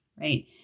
Right